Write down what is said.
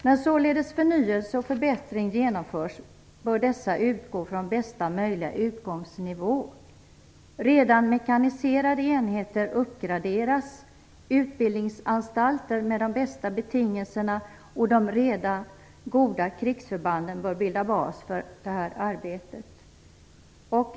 När således förnyelse och förbättring genomförs, bör man utgå från bästa möjliga utgångsnivå. Redan mekaniserade enheter uppgraderas, utbildningsanstalter med de bästa betingelserna och de redan goda krigsförbanden bör bilda bas för dett arbete.